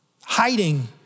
hiding